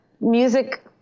music